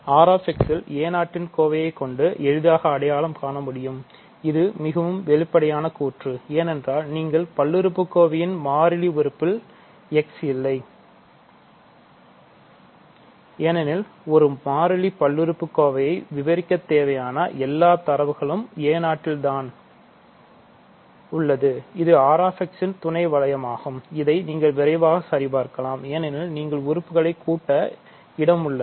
R x இல் a0 இன் கோவையை கொண்டு எளிதாக அடையாளம் காண முடியும் இது மிகவும் வெளிப்படையான கூற்று ஏனென்றால் நீங்கள் பல்லுறுப்புக்கோவையில் மாறிலி உறுப்பில் x இல்லைஏனெனில்ஒரு மாறிலி பல்லுறுப்புக்கோவை விவரிக்கத் தேவையான எல்லா தரவும் ஒரு a0 தான் இது R x இன் துணை வளையமாகும் இதை நீங்கள் விரைவாகச் சரிபார்க்கலாம் ஏனெனில் நீங்கள் உறுப்புகளை கூட்ட இடம் உள்ளது